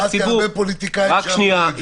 אני שמעתי הרבה פוליטיקאים שאמרו את זה.